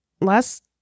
last